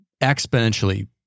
exponentially